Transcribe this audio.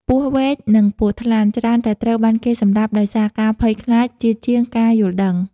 ពស់វែក និងពស់ថ្លាន់ ច្រើនតែត្រូវបានគេសម្លាប់ដោយសារការភ័យខ្លាចជាជាងការយល់ដឹង។